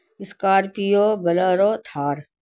scorpio bolero Thar